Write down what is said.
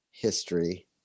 History